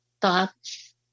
thoughts